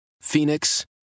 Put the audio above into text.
Phoenix